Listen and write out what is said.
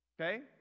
Okay